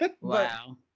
Wow